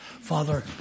Father